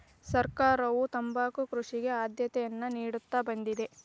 ಸರ್ಕಾರವು ತಂಬಾಕು ಕೃಷಿಗೆ ಆದ್ಯತೆಯನ್ನಾ ನಿಡುತ್ತಾ ಬಂದಿದೆ